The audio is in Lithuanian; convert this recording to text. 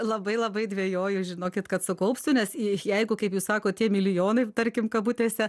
labai labai dvejoju žinokit kad sukaupsiu nes jeigu kaip jūs sakot tie milijonai tarkim kabutėse